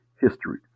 history